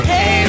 Hey